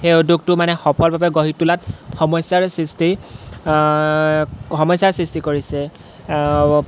সেই উদ্যোগটো মানে সফলভাৱে গঢ়ি তোলাত সমস্যাৰ সৃষ্টি সমস্যাৰ সৃষ্টি কৰিছে